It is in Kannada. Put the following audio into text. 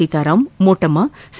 ಸೀತಾರಾಮ್ ಮೋಟಮ್ನ ಸಿ